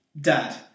Dad